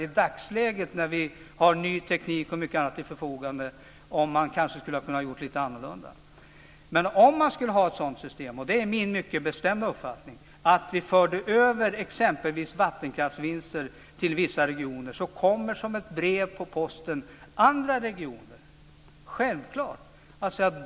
I dagsläget när vi har ny teknik och mycket annat till förfogande kanske man funderar på om man kunde ha gjort lite annorlunda. Men om man skulle ha ett system som innebär att man för över exempelvis vattenkraftsvinster till vissa regioner så kommer självklart andra regioner som ett brev på posten - det är min mycket bestämda åsikt.